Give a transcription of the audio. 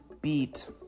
beat